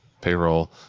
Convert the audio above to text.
payroll